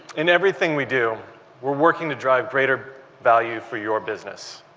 in everything we do we're working to drive greater value for your business.